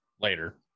later